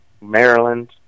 Maryland